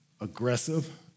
aggressive